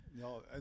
No